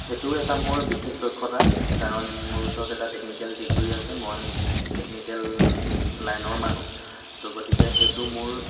সেইটো এটা মোৰ বিশেষ দক্ষতা কাৰণ মোৰ ওচৰত এটা টেকনিকেল ডিগ্ৰী আছে মই টেকনিকেল লাইনৰ মানুহ ত' গতিকে সেইটো মোৰ